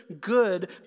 Good